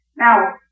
Now